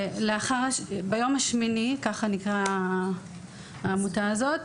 ביום השמיני, כך נקראה העמותה הזאת,